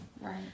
Right